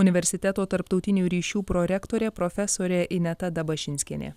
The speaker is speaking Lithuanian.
universiteto tarptautinių ryšių prorektorė profesorė ineta dabašinskienė